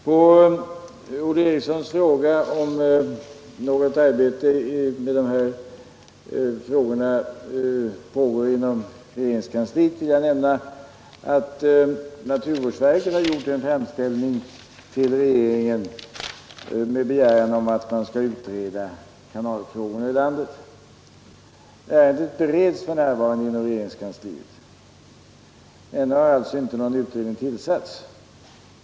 På Olle Erikssons fråga huruvida något arbete med dessa frågor pågår inom regeringens kansli vill jag svara att naturvårdsverket har gjort en framställning till regeringen om att man skall utreda kanalfrågorna i landet. Ärendet bereds f. n. inom regeringskansliet. Ännu har alltså ingen utredning tillsatts.